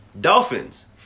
Dolphins